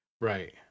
right